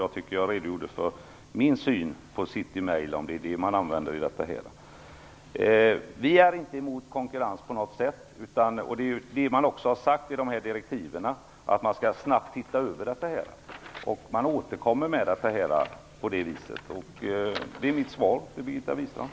Jag tyckte att jag redogjorde för min syn på Vi är inte på något sätt emot konkurrens. I direktiven har man också sagt att man snabbt skall se över detta. Man återkommer. Det är mitt svar till